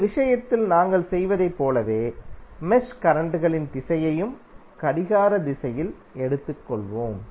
இந்த விஷயத்தில் நாங்கள் செய்ததைப் போலவே மெஷ் கரண்ட்களின் திசையையும் கடிகார திசையில் எடுத்துள்ளோம்